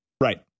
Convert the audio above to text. Right